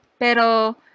Pero